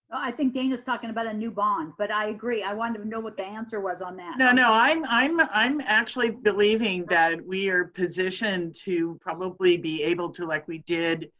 i think dana is talking about a new bond, but i agree i wanted to know what the answer was on that. no, no i'm i'm actually believing that we are positioned to probably be able to like we did,